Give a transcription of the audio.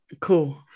Cool